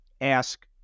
ask